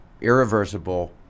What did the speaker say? irreversible